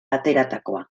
ateratakoa